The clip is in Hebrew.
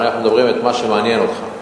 אנחנו מדברים פה על מה שמעניין אותך.